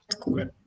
cool